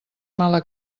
mala